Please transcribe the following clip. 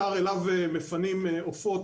אתר אליו מפנים עופות,